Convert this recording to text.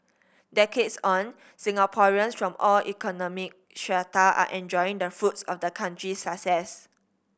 decades on Singaporeans from all economic strata are enjoying the fruits of the country's success